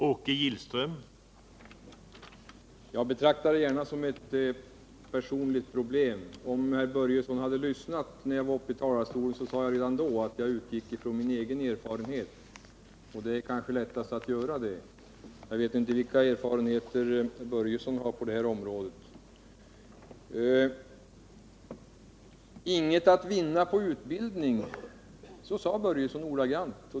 Herr talman! Betrakta det gärna som ett personligt problem. Om herr Börjesson hade lyssnat när jag var uppe i talarstolen förut, så skulle han ha uppmärksammat att jag sade redan då att jag utgick från min egen erfarenhet. Det är kanske lättast att göra det. Jag vet inte vilka erfarenheter herr Börjesson har på det här området. Inget att vinna på utbildning — så sade herr Börjesson ordagrant.